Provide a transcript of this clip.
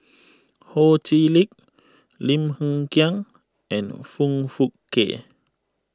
Ho Chee Lick Lim Hng Kiang and Foong Fook Kay